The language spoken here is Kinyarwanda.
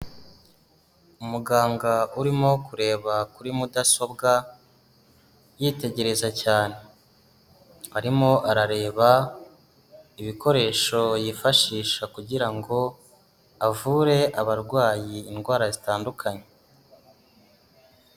Umuganga urimo kureba kuri mudasobwa yitegereza cyane, arimo arareba ibikoresho yifashisha kugira ngo avure abarwayi indwara zitandukanye.